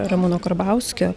ramūno karbauskio